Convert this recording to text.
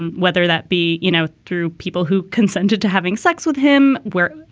and whether that be, you know, to people who consented to having sex with him where,